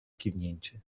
kiwnięcie